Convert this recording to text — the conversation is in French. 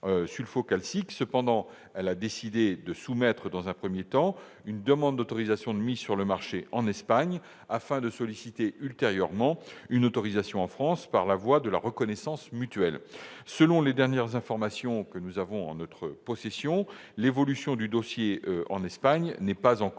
Cependant, elle a décidé de soumettre, dans un premier temps, une demande d'autorisation de mise sur le marché en Espagne et de solliciter, ultérieurement, une autorisation en France par la voie de la reconnaissance mutuelle. Selon les dernières informations disponibles, l'examen du dossier en Espagne n'est pas encore